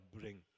bring